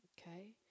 okay